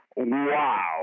Wow